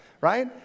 right